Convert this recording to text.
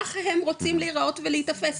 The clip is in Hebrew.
ככה הם רוצים להיראות ולהיתפס,